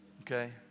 Okay